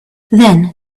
then